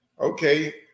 okay